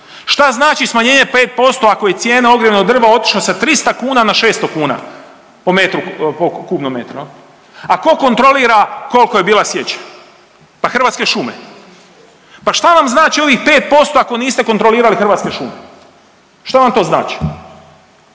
Šta znači smanjenje 5% ako je cijena ogrjevnog drva otišla sa 300 kuna na 600 kuna po metru, po kubnom metru, je li? A tko kontrolira koliko je bila sječa? Pa Hrvatske šume. Pa šta vam znači ovih 5% ako niste kontrolirali Hrvatske šume, šta vam to znači?